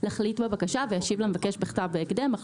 יחליט בבקשה וישיב למבקש בכתב בהקדם אך